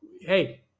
Hey